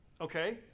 Okay